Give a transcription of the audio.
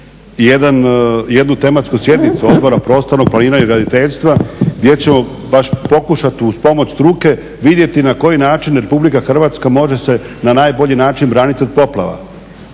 jednu tematsku sjednicu Odbora prostornog planiranja i graditeljstva gdje ćemo baš pokušati uz pomoć struke vidjeti na koji način RH može se na najbolji način braniti od poplava.